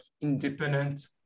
independent